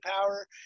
power